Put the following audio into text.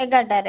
ଏଗାରଟାରେ